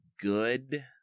good